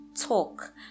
talk